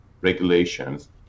regulations